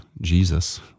Jesus